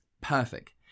perfect